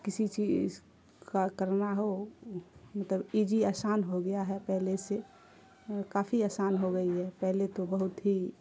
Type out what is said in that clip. کسی چیز کا کرنا ہو مطلب ایجی آسان ہو گیا ہے پہلے سے کافی آسان ہو گئی ہے پہلے تو بہت ہی